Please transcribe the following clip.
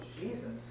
Jesus